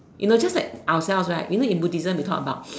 you know just like ourselves right you know Buddhism we talk about